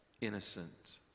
innocent